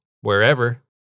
wherever